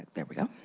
there we go.